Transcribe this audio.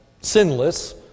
sinless